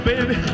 Baby